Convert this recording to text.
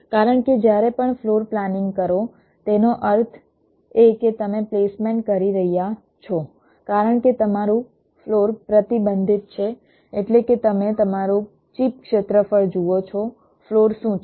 કારણ કે જ્યારે પણ ફ્લોર પ્લાનિંગ કરો તેનો અર્થ એ કે તમે પ્લેસમેન્ટ કરી રહ્યા છો કારણ કે તમારું ફ્લોર પ્રતિબંધિત છે એટલે કે તમે તમારું ચિપ ક્ષેત્રફળ જુઓ છો ફ્લોર શું છે